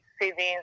savings